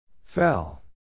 Fell